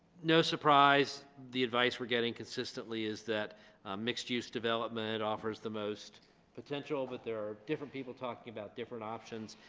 no surprise, the advice we're getting consistently is that mixed-use development offers the most potential but there are different people talking about different options,